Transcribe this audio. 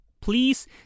Please